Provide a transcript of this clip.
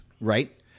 right